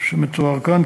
שמתואר כאן.